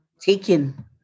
taken